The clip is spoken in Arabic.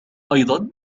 أيضا